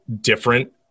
different